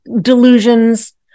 delusions